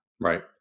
Right